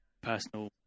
personal